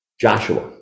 Joshua